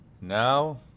Now